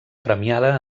premiada